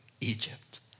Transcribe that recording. Egypt